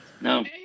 No